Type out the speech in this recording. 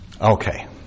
Okay